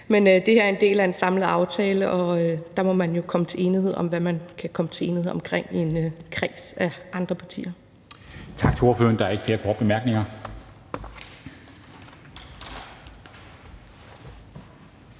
men det her er en del af en samlet aftale, og der må man jo komme til enighed om, hvad man kan komme til enighed om i en kreds med andre partier.